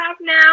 now